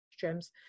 gems